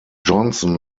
johnson